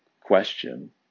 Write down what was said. question